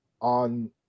on